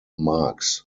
marx